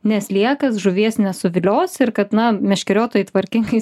ne sliekas žuvies nesuvilios ir kad na meškeriotojai tvarkingai